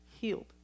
healed